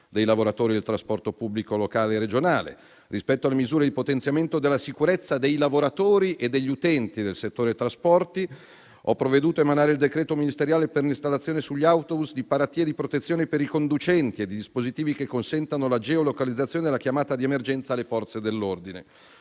dei lavoratori del trasporto pubblico locale e regionale. Rispetto alle misure di potenziamento della sicurezza dei lavoratori e degli utenti del settore trasporti, ho provveduto a emanare il decreto ministeriale per l'installazione sugli autobus di paratie di protezione per i conducenti e di dispositivi che consentano la geolocalizzazione e la chiamata di emergenza alle Forze dell'ordine.